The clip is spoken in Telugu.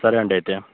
సరే అండి అయితే